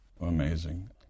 Amazing